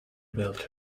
built